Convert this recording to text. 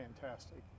fantastic